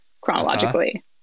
chronologically